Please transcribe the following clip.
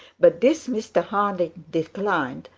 but this mr harding declined,